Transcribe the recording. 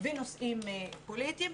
ונושאים פוליטיים,